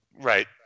Right